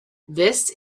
this